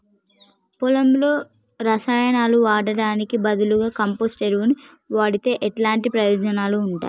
పొలంలో రసాయనాలు వాడటానికి బదులుగా కంపోస్ట్ ఎరువును వాడితే ఎలాంటి ప్రయోజనాలు ఉంటాయి?